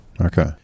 Okay